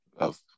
Love